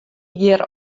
hjir